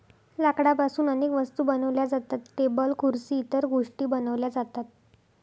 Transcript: लाकडापासून अनेक वस्तू बनवल्या जातात, टेबल खुर्सी इतर गोष्टीं बनवल्या जातात